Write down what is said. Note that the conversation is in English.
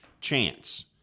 chance